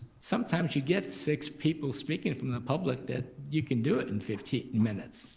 sometimes you get six people speaking from the public that you can do it in fifteen minutes.